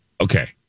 Okay